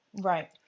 Right